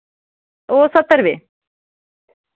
ओह् सत्तर रपे